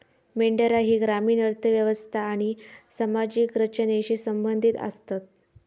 मेंढरा ही ग्रामीण अर्थ व्यवस्था आणि सामाजिक रचनेशी संबंधित आसतत